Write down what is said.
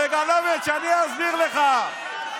סגלוביץ', אני אסביר לך.